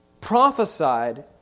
prophesied